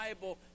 Bible